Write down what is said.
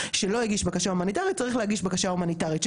שגם ברור לכולם שזו בקשה הומניטרית פיקטיבית,